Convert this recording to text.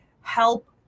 help